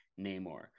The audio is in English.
namor